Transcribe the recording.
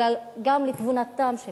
אלא גם לתבונתם של